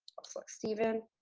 i'll select steven,